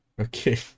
Okay